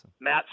Matt